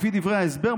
לפי דברי ההסבר,